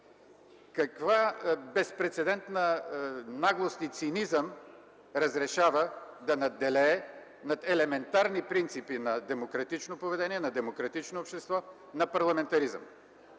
каква безпрецедентна наглост и цинизъм разрешава да надделее над елементарни принципи на демократично поведение, на демократично общество, на парламентаризъм?